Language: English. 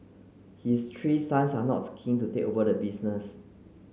his three sons are not keen to take over the business